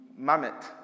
Mamet